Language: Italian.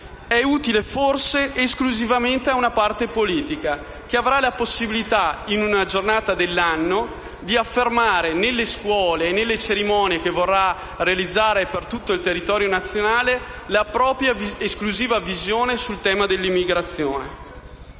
È utile, forse, esclusivamente a una parte politica che avrà la possibilità, in una giornata dell'anno, di affermare nelle scuole e nelle cerimonie che vorrà realizzare su tutto il territorio nazionale la propria esclusiva visione sul tema dell'immigrazione.